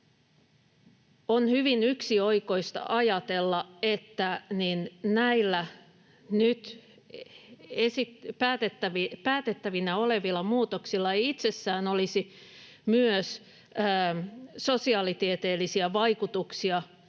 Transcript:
on hyvin yksioikoista ajatella, että näillä nyt päätettävinä olevilla muutoksilla ei itsessään olisi myös sosiaalitieteellisiä vaikutuksia